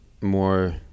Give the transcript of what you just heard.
more